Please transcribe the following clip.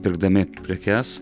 pirkdami prekes